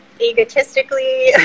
egotistically